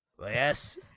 Yes